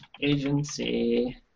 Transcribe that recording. Agency